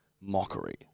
mockery